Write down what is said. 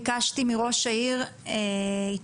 ביקשתי מראש העיר התחייבות,